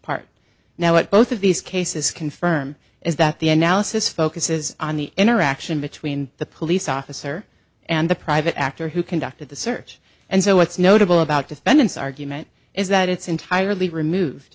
part now what both of these cases confirm is that the analysis focuses on the interaction between the police officer and the private actor who conducted the search and so what's notable about defendants argument is that it's entirely removed